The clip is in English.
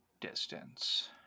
distance